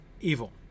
evil